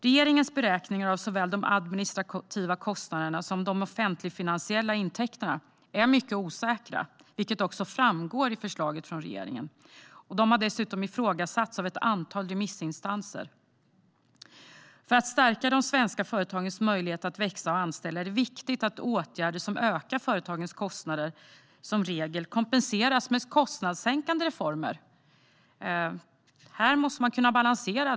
Regeringens beräkningar av såväl de administrativa kostnaderna som de offentligfinansiella intäkterna är mycket osäkra, vilket också framgår i regeringens förslag. De har dessutom ifrågasatts av ett antal remissinstanser. För att stärka de svenska företagens möjlighet att växa och anställa är det viktigt att åtgärder som ökar företagens kostnader som regel kompenseras med kostnadssänkande reformer. Här måste man kunna balansera.